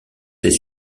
ses